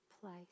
place